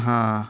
ହଁ